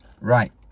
Right